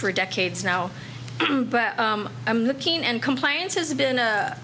for decades now but i'm looking and compliance has been a